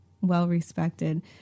well-respected